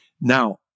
Now